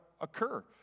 occur